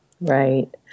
Right